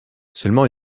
seulement